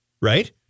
right